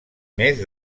més